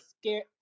scared